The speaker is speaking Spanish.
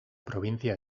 provincia